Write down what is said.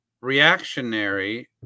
Reactionary